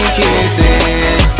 kisses